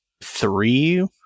three